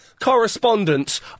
correspondents